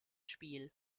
spiel